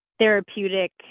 therapeutic